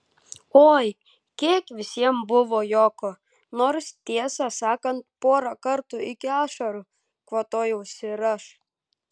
oi kiek visiems buvo juoko nors tiesą sakant porą kartų iki ašarų kvatojausi ir aš